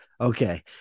Okay